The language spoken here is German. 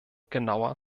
genauer